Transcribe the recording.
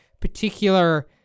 particular